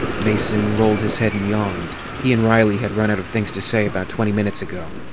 mason rolled his head and yawned he and riley had run out of things to say about twenty minutes ago.